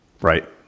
Right